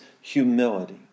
humility